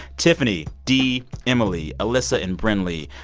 tiffany, dee, emily, alyssa and brinley,